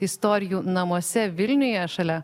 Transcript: istorijų namuose vilniuje šalia